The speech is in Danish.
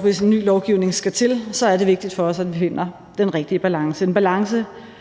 hvis en ny lovgivning skal til, er det vigtigt for os, at vi finder den rigtige balance